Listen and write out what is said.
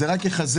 זה רק יחזק.